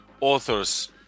authors